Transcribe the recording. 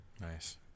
Nice